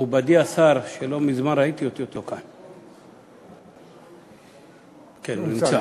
מכובדי השר, שלא מזמן ראיתי אותו, כן, הוא נמצא.